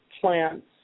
plants